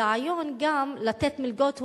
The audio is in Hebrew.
ברעיון גם לתת מלגות.